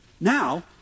Now